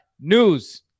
news